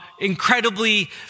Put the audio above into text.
Incredibly